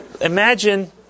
imagine